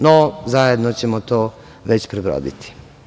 No, zajedno ćemo to već prebroditi.